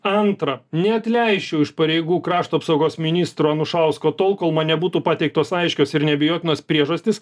antrą neatleisčiau iš pareigų krašto apsaugos ministro anušausko tol kol mane būtų pateiktos aiškios ir neabejotinos priežastys